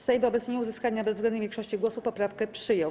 Sejm wobec nieuzyskania bezwzględnej większości głosów poprawkę przyjął.